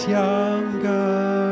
younger